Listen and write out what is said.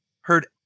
heard